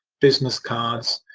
business cards,